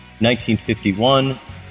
1951